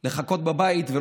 אין לגיטימציה ציבורית,